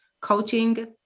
Coaching